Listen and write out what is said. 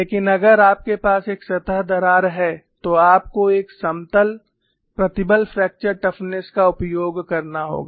लेकिन अगर आपके पास एक सतह दरार है तो आपको एक समतल प्रतिबल फ्रैक्चर टफनेस का उपयोग करना होगा